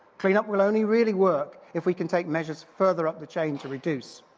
cleanup will only really work if we can take measures further up the chain to reduce.